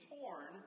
torn